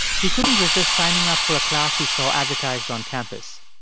he couldn't resist signing up for a class he saw advertised on campus.